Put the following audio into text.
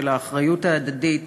של האחריות הדדית,